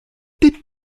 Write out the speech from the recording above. des